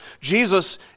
Jesus